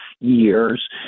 years